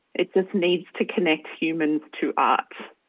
it just needs to connect humans to art.